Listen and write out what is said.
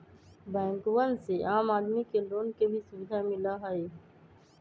बैंकवन से आम आदमी के लोन के भी सुविधा मिला हई